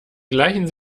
gleichen